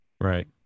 Right